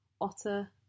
Otter